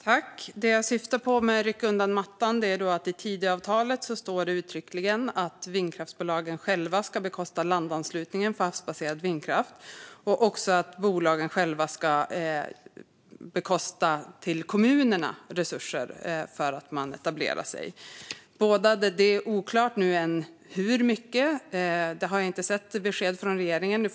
Herr talman! Det jag syftade på när jag talade om att rycka undan mattan är att det i Tidöavtalet uttryckligen står att vindkraftsbolagen själva ska bekosta landanslutningen för havsbaserad vindkraft samt att bolagen själva ska bekosta resurser för kommunerna för att de etablerar sig. Det är oklart hur mycket det kommer att röra sig om; jag har inte sett besked från regeringen om det.